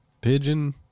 Pigeon